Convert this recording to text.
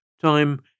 Time